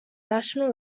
national